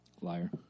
Liar